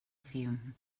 fayoum